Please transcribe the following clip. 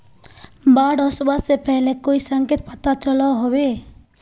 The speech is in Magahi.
बाढ़ ओसबा से पहले कोई संकेत पता चलो होबे?